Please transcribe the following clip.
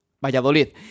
Valladolid